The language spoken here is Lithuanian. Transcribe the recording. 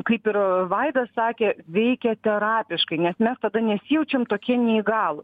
kaip ir vaidas sakė veikia terapiškai nes mes tada nesijaučiam tokie neįgalūs